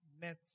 met